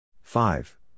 Five